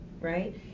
right